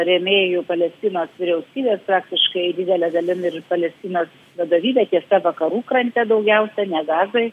rėmėjų palestinos vyriausybės praktiškai didele dalim ir palestinos vadovybė tiesa vakarų krante daugiausia ne gazoj